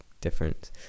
Different